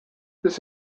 this